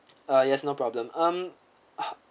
ah yes no problem um